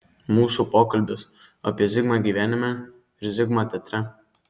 mūsų pokalbis apie zigmą gyvenime ir zigmą teatre